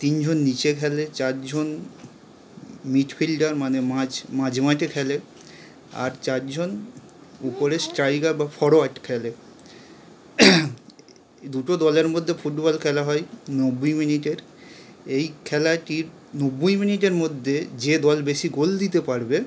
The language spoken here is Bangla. তিনজন নিচে খেলে চার জন মিডফিল্ডার মানে মাঝ মাঝমাঠে খেলে আর চারজন উপরে স্ট্রাইকার বা ফরওয়ার্ড খেলে দুটো দলের মধ্যে ফুটবল খেলা হয় নব্বই মিনিটের এই খেলাটির নব্বই মিনিটের মধ্যে যে দল বেশি গোল দিতে পারবে